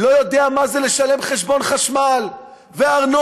לא יודע מה זה לשלם חשבון חשמל וארנונה,